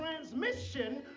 transmission